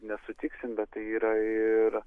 nesutiksim bet tai yra ir